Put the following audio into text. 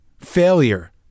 failure